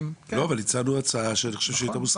לא, אבל הצענו הצעה שאני חושב שהיא הייתה מוסכמת.